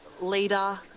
Leader